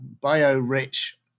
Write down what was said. bio-rich